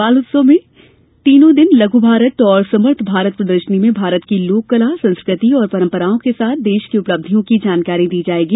बाल उत्सव में तीनों दिन लघ् भारत तथा समर्थ भारत प्रदर्शनी में भारत की लोक कला संस्कृति और परम्पराओं के साथ देश की उपलब्धियों की जानकारी दी जायेगी